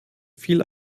viel